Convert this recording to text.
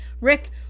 Rick